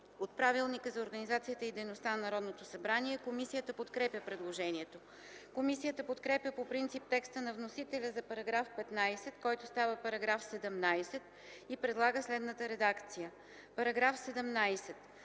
от Правилника за организацията и дейността на Народното събрание. Комисията подкрепя предложението. Комисията подкрепя по принцип текста на вносителя за § 19, който става § 27, и предлага следната редакция: „§ 27.